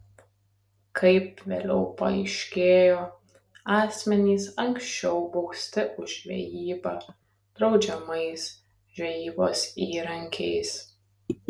kaip vėliau paaiškėjo asmenys anksčiau bausti už žvejybą draudžiamais žvejybos įrankiais